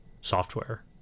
software